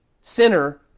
sinner